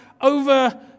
over